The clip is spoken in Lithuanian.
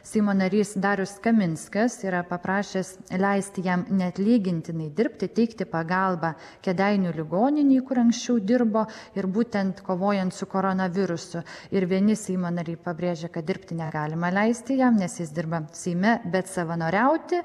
seimo narys darius kaminskas yra paprašęs leisti jam neatlygintinai dirbti teikti pagalbą kėdainių ligoninėj kur anksčiau dirbo ir būtent kovojant su koronavirusu ir vieni seimo nariai pabrėžė kad dirbti negalima leisti jam nes jis dirba seime bet savanoriauti